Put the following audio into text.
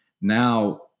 now